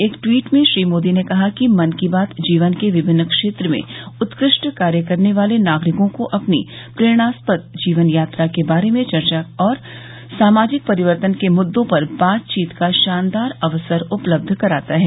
एक ट्वीट में श्री मोदी ने कहा कि मन की बात जीवन के विभिन्न क्षेत्र में उत्कृष्ट कार्य करने वाले नागरिकों को अपनी प्रेरणास्पद जीवन यात्रा के बारे में चर्चा करने और सामाजिक परिवर्तन के मुद्दों पर बातचीत का शानदार अवसर उपलब्ध कराता है